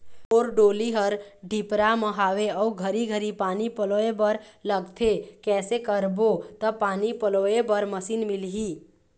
मोर डोली हर डिपरा म हावे अऊ घरी घरी पानी पलोए बर लगथे कैसे करबो त पानी पलोए बर मशीन मिलही?